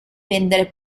vendere